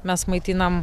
mes maitinam